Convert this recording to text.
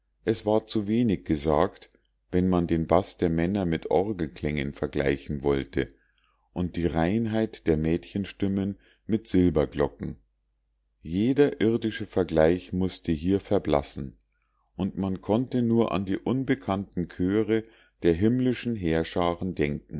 es war zu wenig gesagt wenn man den baß der männer mit orgelklängen vergleichen wollte und die reinheit der mädchenstimmen mit silberglocken jeder irdische vergleich mußte hier verblassen und man konnte nur an die unbekannten chöre der himmlischen heerscharen denken